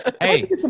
hey